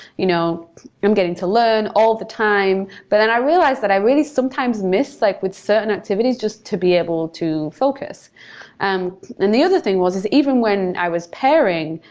you know i'm getting to learn all the time. but then, i realized that i really sometimes miss like with certain activities just to be able to focus and the other thing was is even when i was pairing,